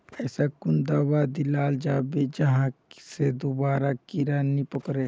ऐसा कुन दाबा दियाल जाबे जहा से दोबारा कीड़ा नी पकड़े?